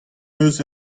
eus